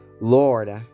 Lord